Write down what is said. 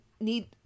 need